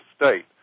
state